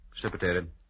Precipitated